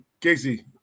Casey